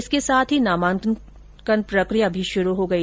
इसके साथ ही नामांकन प्रकिया भी शुरू हो गई